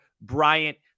Bryant